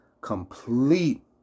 complete